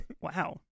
Wow